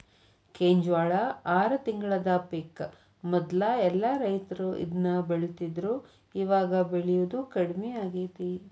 ಕೆಂಜ್ವಾಳ ಆರ ತಿಂಗಳದ ಪಿಕ್ ಮೊದ್ಲ ಎಲ್ಲಾ ರೈತರು ಇದ್ನ ಬೆಳಿತಿದ್ರು ಇವಾಗ ಬೆಳಿಯುದು ಕಡ್ಮಿ ಆಗೇತಿ